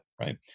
right